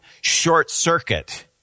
short-circuit